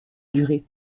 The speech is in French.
duré